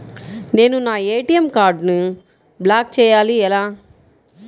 నేను నా ఏ.టీ.ఎం కార్డ్ను బ్లాక్ చేయాలి ఎలా?